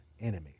enemies